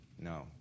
No